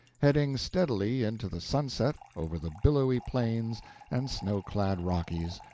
heading steadily into the sunset over the billowy plains and snow-clad rockies,